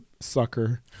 sucker